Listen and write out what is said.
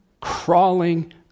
crawling